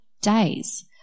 days